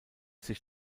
sich